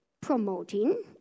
promoting